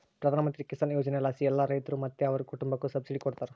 ಪ್ರಧಾನಮಂತ್ರಿ ಕಿಸಾನ್ ಯೋಜನೆಲಾಸಿ ಎಲ್ಲಾ ರೈತ್ರು ಮತ್ತೆ ಅವ್ರ್ ಕುಟುಂಬುಕ್ಕ ಸಬ್ಸಿಡಿ ಕೊಡ್ತಾರ